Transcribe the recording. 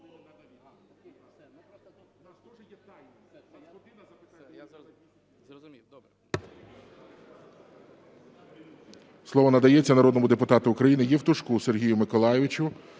Слово надається народному депутату України Євтушку Сергію Миколайовичу,